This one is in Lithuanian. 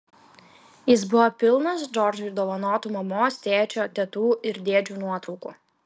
jis buvo pilnas džordžui dovanotų mamos tėčio tetų ir dėdžių nuotraukų